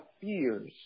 fears